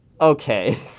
okay